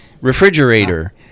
refrigerator